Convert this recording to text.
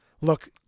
Look